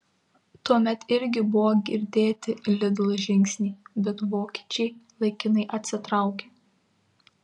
tuomet irgi buvo girdėti lidl žingsniai bet vokiečiai laikinai atsitraukė